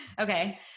okay